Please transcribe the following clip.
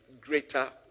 greater